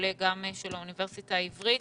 שעולה גם מהדוח של האוניברסיטה העברית.